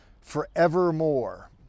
forevermore